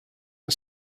and